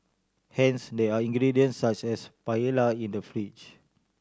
hence there are ingredients such as paella in the fridge